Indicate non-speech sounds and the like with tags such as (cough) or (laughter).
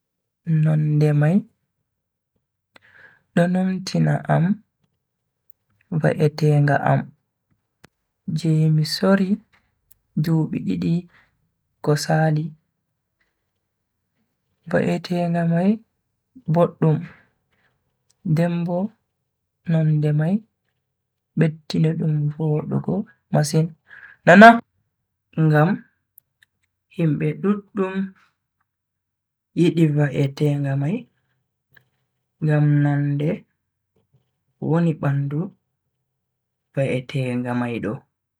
Nonde mai do numtina am va'etenga am. Je mi sori dubi didi ko sali. va'etenga mai boddum den Bo nonde mai beddini dum vodugo masin… (unintelligible) ngam himbe duddum yidi va'etenga mai ngam nonde woni bandu va'etenga mai do.